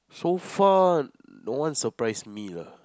so far no one surprise me lah